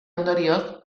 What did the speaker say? ondorioz